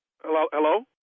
hello